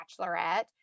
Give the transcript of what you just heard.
bachelorette